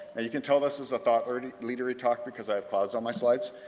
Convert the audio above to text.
and you can tell this is a thought-leadery thought-leadery talk because i have clouds on my slides.